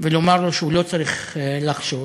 ולומר לו שהוא לא צריך לחשוש,